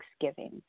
thanksgiving